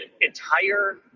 entire